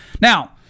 Now